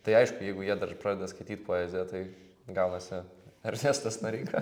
tai aišku jeigu jie dar pradeda skaityt poeziją tai gaunasi ernestas noreika